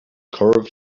curved